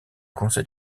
conseil